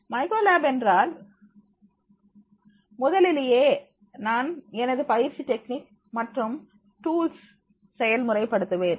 micro lab என்றால் முதலிலேயே நான் எனது பயிற்சி டெக்னிக் மற்றும் டூல்ஸ் செயல்முறை படுத்துவேன்